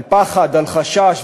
על פחד, על חשש.